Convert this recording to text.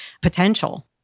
potential